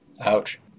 Ouch